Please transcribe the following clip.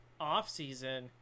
offseason